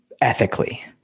ethically